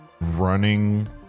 running